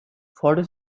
forty